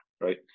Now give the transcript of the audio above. right